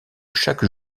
chaque